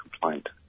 complaint